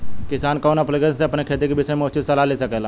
किसान कवन ऐप्लिकेशन से अपने खेती के विषय मे उचित सलाह ले सकेला?